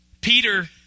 Peter